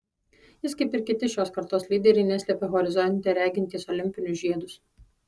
jis kaip ir kiti šios kartos lyderiai neslepia horizonte regintys olimpinius žiedus